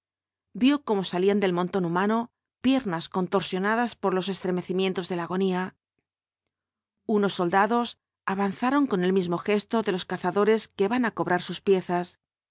vio cómo salían del montón humano piernas contorsionadas por los estremecimientos de la agonía unos soldados avanzaron con el mismo gesto de los cazadores que van á cobrar sus piezas